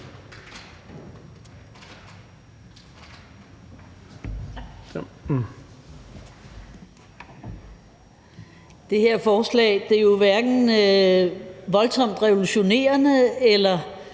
Det her forslag er jo hverken voldsomt revolutionerende eller